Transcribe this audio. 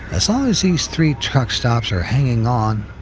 as long as these three truck stops are hanging on,